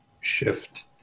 shift